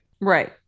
right